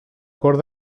cort